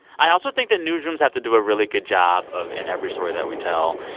i also think that newsrooms have to do a really good job of, in every story that we tell,